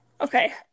Okay